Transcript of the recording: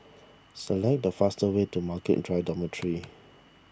select the faster way to Margaret Drive Dormitory